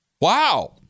wow